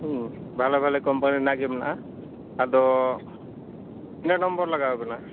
ᱵᱷᱟᱞᱮ ᱵᱷᱟᱞᱮ ᱠᱚᱢᱯᱟᱱᱤ ᱨᱮᱱᱟᱜ ᱜᱮ ᱢᱮᱱᱟᱜᱼᱟ ᱟᱫᱚ ᱛᱤᱱᱟᱹᱜ ᱱᱚᱢᱵᱚᱨ ᱞᱟᱜᱟᱣ ᱵᱮᱱᱟ